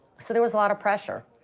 so there was a lot of pressure.